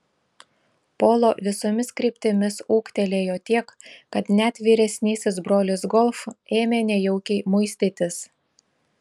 polo visomis kryptimis ūgtelėjo tiek kad net vyresnysis brolis golf ėmė nejaukiai muistytis